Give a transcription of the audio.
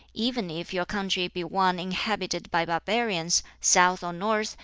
even if your country be one inhabited by barbarians, south or north,